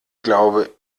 glaube